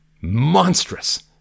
monstrous